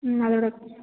ம் அதோட